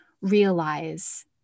realize